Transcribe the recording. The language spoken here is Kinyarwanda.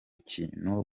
kintu